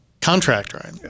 contractor